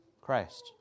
Christ